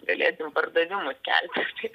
galėsim pardavimus keltis taip